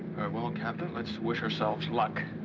well, captain. let's wish ourselves luck.